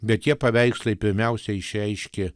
bet tie paveikslai pirmiausiai išreiškė